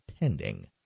pending